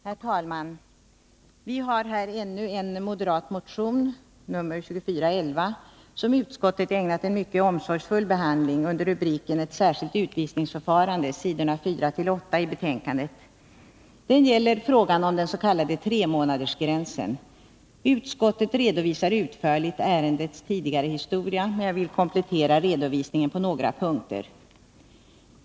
Herr talman! Vi har här ännu en moderat motion, nr 2411, som utskottet ägnat en mycket omsorgsfull behandling under rubriken Ett särskilt utvisningsförfarande, s. 4-8 i betänkandet. Den gäller frågan om den s.k. tremånadersgränsen. Utskottet redovisar utförligt ärendets tidigare historia, men jag vill komplettera redovisningen på några punkter.